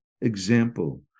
example